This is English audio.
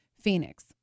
Phoenix